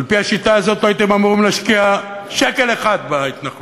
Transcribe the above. על-פי השיטה הזאת לא הייתם אמורים להשקיע שקל אחד בהתנחלויות,